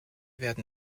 werden